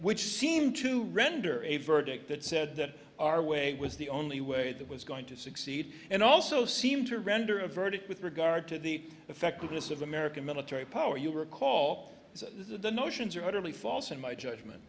which seemed to render a verdict that said that our way was the only way that was going to succeed and also seemed to render a verdict with regard to the effectiveness of american military power you recall of the notions are utterly false in my judgment